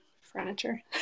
furniture